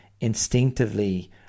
instinctively